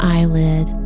Eyelid